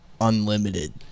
unlimited